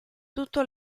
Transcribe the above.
tutto